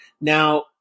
Now